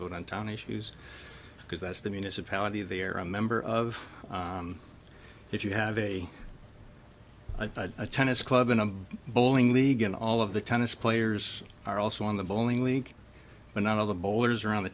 vote on town issues because that's the municipality they are a member of if you have a tennis club and a bowling league and all of the tennis players are also in the bowling league but none of the bowlers around the